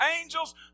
angels